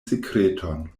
sekreton